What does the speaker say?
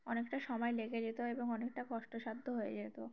অনেকটা সময় লেগে যেত এবং অনেকটা কষ্টসাধ্য হয়ে যেত